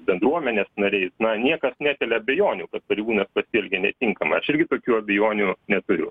bendruomenės nariais na niekas nekelia abejonių kad pareigūnas pasielgė netinkamaiaš irgi tokių abejonių neturiu